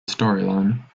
storyline